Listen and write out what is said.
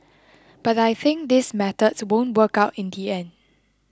but I think these methods won't work out in the end